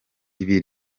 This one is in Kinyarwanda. ibi